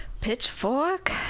Pitchfork